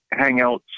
Hangouts